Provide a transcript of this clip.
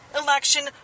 election